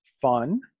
fun